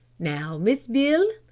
now miss beale,